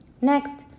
Next